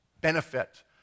benefit